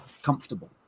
comfortable